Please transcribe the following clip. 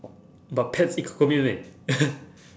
but pets eat ke kou mian meh